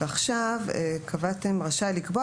ועכשיו קבעתם: "רשאי לקבוע,